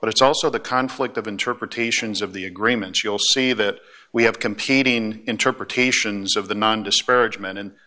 but it's also the conflict of interpretations of the agreements you'll see that we have competing interpretations of the non disparagement and the